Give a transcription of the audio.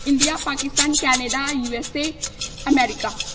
India Pakistan Canada USA America